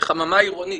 וחממה עירונית.